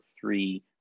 three